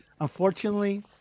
Unfortunately